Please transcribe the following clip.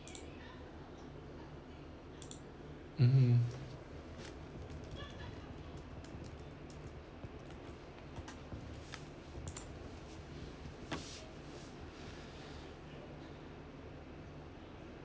mmhmm